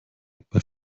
bei